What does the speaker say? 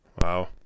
Wow